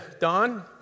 Don